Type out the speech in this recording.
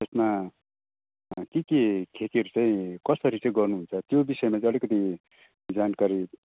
उसमा के के खेतीहरू चाहिँ कसरी चाहिँ गर्नुहुन्छ त्यो विषयमा चाहिँ अलिकति जानकारी